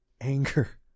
anger